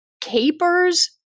capers